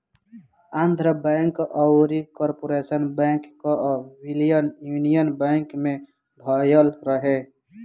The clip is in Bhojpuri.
आंध्रा बैंक अउरी कॉर्पोरेशन बैंक कअ विलय यूनियन बैंक में भयल रहे